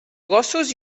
gossos